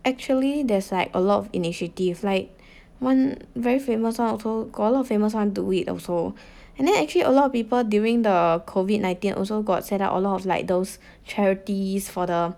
actually there's like a lot of initiative like one very famous one also got a lot of famous one do it also and then actually a lot of people during the COVID nineteen also got set up a lot of like those charities for the